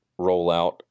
rollout